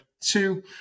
two